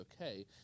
okay